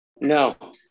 No